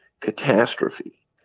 catastrophe